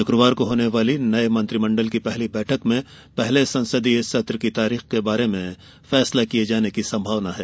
शुक्रवार को होने वाली नये मंत्रिमण्डल की पहली बैठक में पहले संसदीय सत्र की तारीख के बारे में फैसला किये जाने की संभावना है